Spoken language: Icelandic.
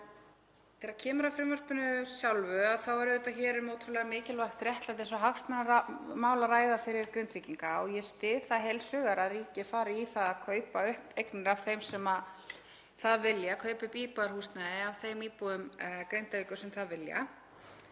líka. Þegar kemur að frumvarpinu sjálfu þá er hér um ótrúlega mikilvægt réttlætis- og hagsmunamál að ræða fyrir Grindvíkinga og ég styð það heils hugar að ríkið fari í það að kaupa upp eignir af þeim sem það vilja, kaupa upp íbúðarhúsnæði af þeim íbúum Grindavíkur sem það vilja